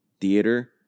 Theater